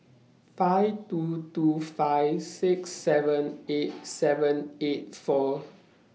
five two two five six seven eight seven eight four